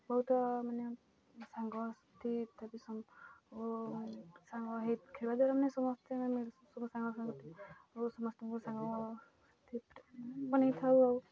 ବହୁତ ମାନେ ସାଙ୍ଗସାଥି ଇତ୍ୟାଦି ଓ ସାଙ୍ଗ ହୋଇ ଖେଳିବା ଦ୍ୱାରା ମାନେ ସମସ୍ତେ ସବୁ ସାଙ୍ଗସାଥି ସମସ୍ତଙ୍କୁ ସାଙ୍ଗ ବନାଇଥାଉ ଆଉ